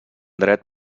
dret